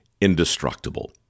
indestructible